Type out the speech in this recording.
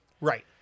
right